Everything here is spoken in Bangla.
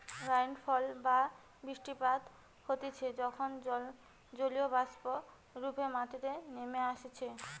রাইনফল বা বৃষ্টিপাত হতিছে যখন জলীয়বাষ্প রূপে মাটিতে নেমে আইসে